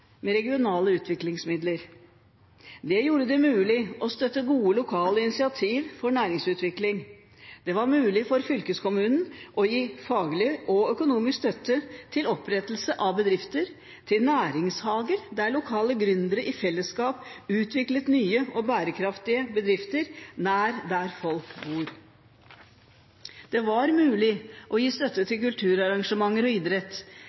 med regionale utviklingsmidler. Det gjorde det mulig å støtte gode lokale initiativer for næringsutvikling. Det var mulig for fylkeskommunen å gi faglig og økonomisk støtte til opprettelse av bedrifter, til næringshager der lokale gründere i fellesskap utviklet nye og bærekraftige bedrifter nær der hvor folk bor. Det var mulig å gi støtte til kulturarrangementer og idrett.